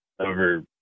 over